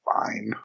fine